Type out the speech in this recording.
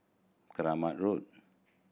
Kramat Road